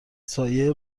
سایه